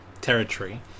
territory